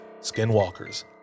skinwalkers